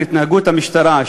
של התנהגות המשטרה,